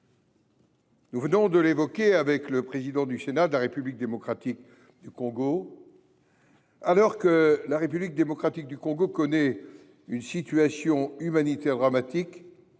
Nous venons de l’évoquer avec le président du Sénat de la République démocratique du Congo : alors que celle ci connaît une situation humanitaire dramatique,